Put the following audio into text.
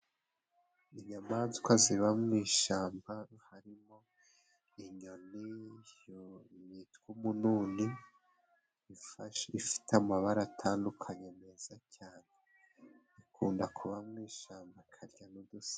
Inyamanswa ziba mwi ishyamba harimo inyoni yitwa umununi, ifite amabara atandukanye meza cyane ikunda kuba mu ishyamba ikarya n'udusimba.